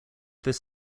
this